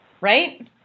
right